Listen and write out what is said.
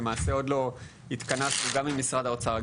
למעשה עוד לא התכנסנו גם עם משרד האוצר,